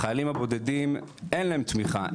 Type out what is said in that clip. החיילים הבודדים אין להם תמיכה,